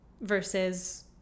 versus